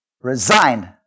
resigned